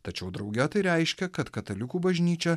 tačiau drauge tai reiškia kad katalikų bažnyčia